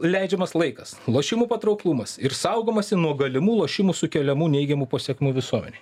leidžiamas laikas lošimų patrauklumas ir saugomasi nuo galimų lošimų sukeliamų neigiamų pasekmių visuomenėj